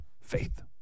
faith